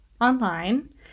online